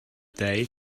day